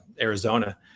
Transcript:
Arizona